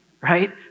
Right